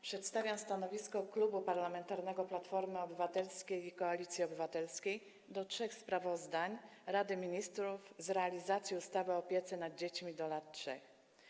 Przedstawiam stanowisko Klubu Parlamentarnego Platformy Obywatelskiej - Koalicji Obywatelskiej odnośnie do trzech sprawozdań Rady Ministrów z realizacji ustawy o opiece nad dziećmi do lat 3.